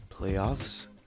playoffs